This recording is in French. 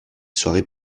soient